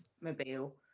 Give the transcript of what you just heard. mobile